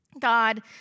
God